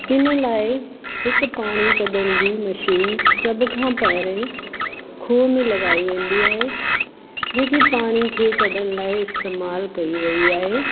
हिन लाइ हिक पाणी कढण जी मशीन सभ खां पहिरीं खूअ में लगाई वेंदी आहे जेकी पाणीअ खे कढण लाइ इस्तेमालु कई वेई आहे